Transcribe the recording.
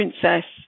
princess